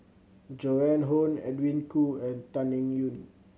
Joan Hon Edwin Koo and Tan Eng Yoon